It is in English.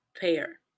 pair